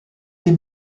des